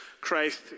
Christ